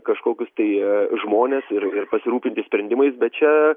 kažkokius tai žmones ir pasirūpinti sprendimais bet čia